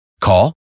Call